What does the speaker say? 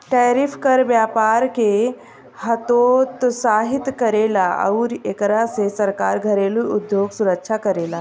tariff कर व्यपार के हतोत्साहित करेला अउरी एकरा से सरकार घरेलु उधोग सुरक्षा करेला